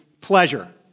pleasure